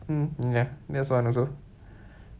mm ya that's one also